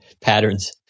patterns